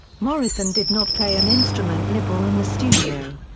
morrison did not play an instrument live or in the studio.